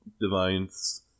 divines